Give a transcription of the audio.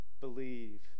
Believe